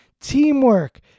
teamwork